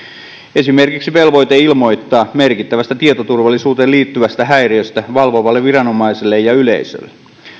esimerkiksi velvoitetta ilmoittaa merkittävästä tietoturvallisuuteen liittyvästä häiriöstä valvovalle viranomaiselle ja yleisölle